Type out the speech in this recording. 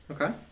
Okay